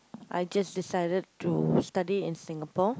I just decided to study in Singapore